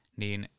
niin